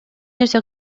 нерсе